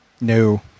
No